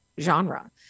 genre